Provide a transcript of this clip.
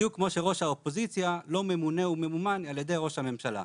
בדיוק כמו שראש האופוזיציה לא ממונה וממומן על ידי ראש הממשלה.